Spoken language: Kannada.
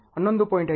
5 1 11